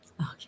Okay